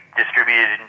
distributed